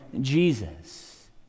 Jesus